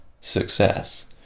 success